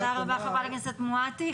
תודה רבה, חברת הכנסת מואטי.